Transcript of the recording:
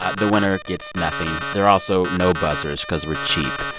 ah the winner gets nothing. there are also no buzzers because we're cheap,